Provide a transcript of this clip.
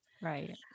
Right